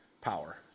Power